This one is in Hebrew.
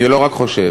אני לא רק חושב,